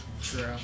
True